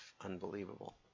unbelievable